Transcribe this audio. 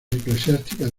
eclesiásticas